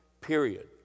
period